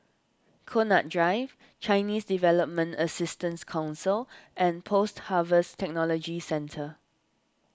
Connaught Drive Chinese Development Assistance Council and Post Harvest Technology Centre